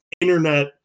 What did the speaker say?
internet